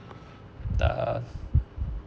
the